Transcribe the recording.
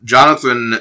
Jonathan